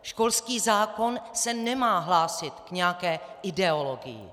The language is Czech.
Školský zákon se nemá hlásit k nějaké ideologii.